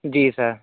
جی سر